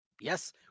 yes